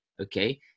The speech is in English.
okay